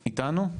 אני רק